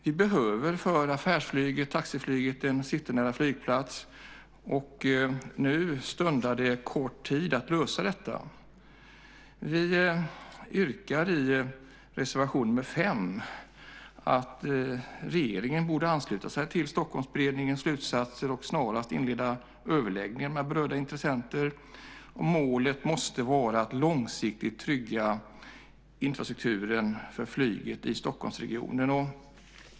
Vi behöver en citynära flygplats för affärsflyget och taxiflyget, och nu återstår kort tid att lösa detta. Vi yrkar i reservation 5 att regeringen ansluter sig till Stockholmsberedningens slutsatser och snarast inleder överläggningar med berörda intressenter. Målet måste vara att långsiktigt trygga infrastrukturen för flyget i Stockholmsregionen.